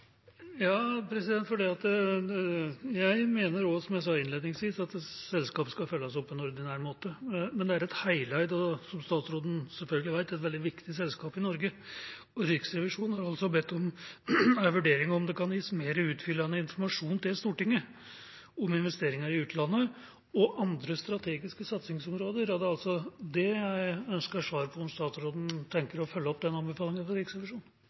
Jeg mener også, som jeg sa innledningsvis, at selskapet skal følges opp på en ordinær måte. Men det er et heleid og, som statsråden selvfølgelig vet, et veldig viktig selskap i Norge, og Riksrevisjonen har altså bedt om en vurdering om det kan gis mer utfyllende informasjon til Stortinget om investeringer i utlandet og andre strategiske satsingsområder. Det er det jeg ønsker svar på, om statsråden tenker å følge opp den anbefalingen fra Riksrevisjonen.